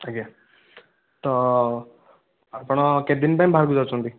ଆଜ୍ଞା ତ ଆପଣ କେତେଦିନ ପାଇଁ ବାହାରକୁ ଯାଉଛନ୍ତି